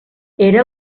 era